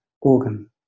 organ